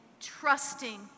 Trusting